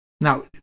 Now